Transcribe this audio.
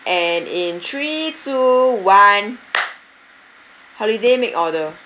and in three two one holiday make order